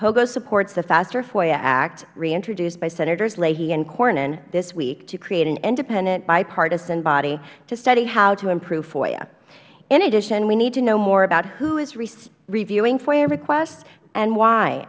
pogo supports the faster foia act reintroduced by senators lahey and cornyn this week to create an independent bipartisan body to study how to improve foia in addition we need to know more about who is reviewing foia requests and why